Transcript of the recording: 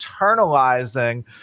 internalizing